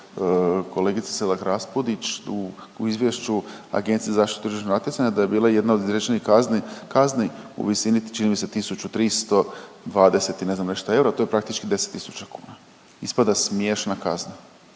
kolegice Selak-Raspudić u izvješću Agencije za zaštitu tržišnog natjecanja da je bila jedna od izrečenih kazni u visini čini mi se 1320 i ne znam nešto eura. To je praktički 10 000 kuna. Ispada smiješna kazna.